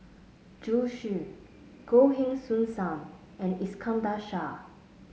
Zhu Xu Goh Heng Soon Sam and Iskandar Shah